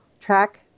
track